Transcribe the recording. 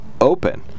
open